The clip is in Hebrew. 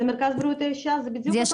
זה מרכז בריאות האישה וזה בדיוק אותו הדבר.